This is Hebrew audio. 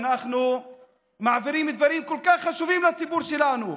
אנחנו מעבירים דברים כל כך חשובים לציבור שלנו,